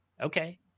okay